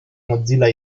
mozilla